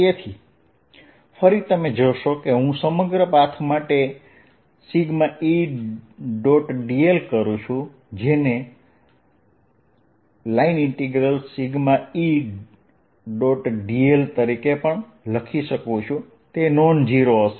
તેથી ફરી તમે જોશો કે જો હું સમગ્ર પાથ માટે Edl કરું જેને હું Edl પણ લખી શકું છું તે નોન ઝીરો હશે